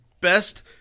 best